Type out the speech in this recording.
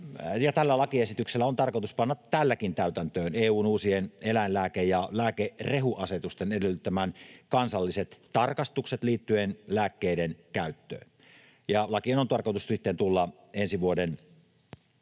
Tällä lakiesityksellä, tälläkin, on tarkoitus panna täytäntöön EU:n uusien eläinlääke- ja lääkerehuasetusten edellyttämät kansalliset tarkastukset liittyen lääkkeiden käyttöön. Ja lakien on tarkoitus sitten tulla ensi vuoden